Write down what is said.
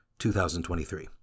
2023